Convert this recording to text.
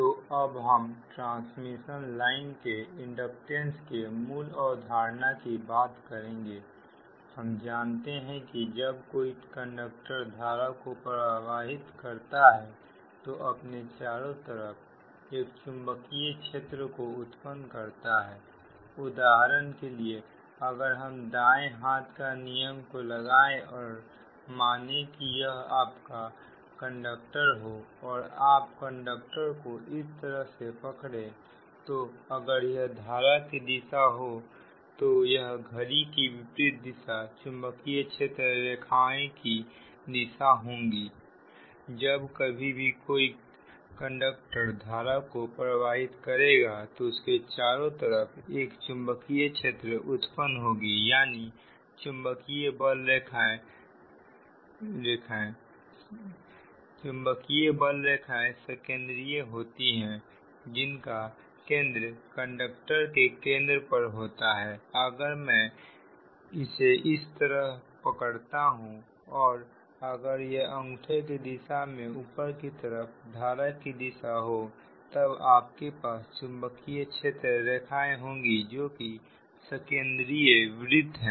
तो अब हम ट्रांसमिशन लाइन के इंडक्टेंस के मूल अवधारणा की बात करेंगे हम जानते हैं कि जब कोई कंडक्टर धारा को प्रवाहित करता है तो अपने चारों तरफ एक चुंबकीय क्षेत्र को उत्पन्न करता है उदाहरण के लिए अगर हम दाएं हाथ का नियम को लगाएं और मानो कि यह आपका कंडक्टर हो और आप कंडक्टर को इस तरह से पकड़े तो अगर यह धारा की दिशा हो तो यह घड़ी की विपरीत दिशा चुंबकीय क्षेत्र रेखाएं की दिशा होगी जब कभी भी कोई कंडक्टर धारा को प्रवाहित करेगा तो इसके चारों तरफ एक चुंबकीय क्षेत्र उत्पन्न होंगी यानी चुंबकीय बल रेखाएं संकेंद्रीय होती हैं जिनका केंद्र कंडक्टर के केंद्र पर होता है अगर मैं इसे इस तरह पकड़ता हूं और अगर यह अंगूठे की दिशा में ऊपर की तरफ धारा की दिशा हो तब आपके पास चुंबकीय क्षेत्र रेखाएं होंगी जो कि संकेंद्रीय वृत्त है ठीक है